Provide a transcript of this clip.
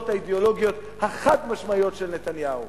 האידיאולוגיות החד-משמעיות של נתניהו.